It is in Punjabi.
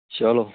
ਚਲੋ